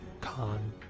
con